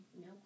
no